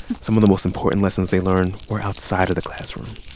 some of the most important lessons they learned were outside of the classroom